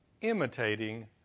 imitating